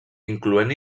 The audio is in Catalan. incloent